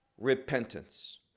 Repentance